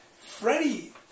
Freddie